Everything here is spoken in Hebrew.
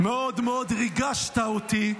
מאוד מאוד ריגשת אותי,